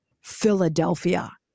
Philadelphia